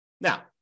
Now